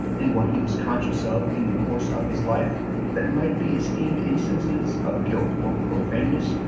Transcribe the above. and what he was conscious of in the course of his life that might be esteemed instances of guilt or profaneness,